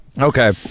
Okay